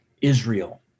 Israel